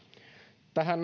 tähän